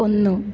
ഒന്ന്